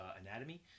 anatomy